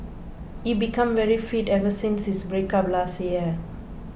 he became very fit ever since his breakup last year